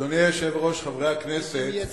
אדוני היושב-ראש, חברי הכנסת,